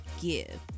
give